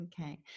Okay